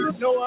no